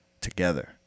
together